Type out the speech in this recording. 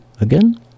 again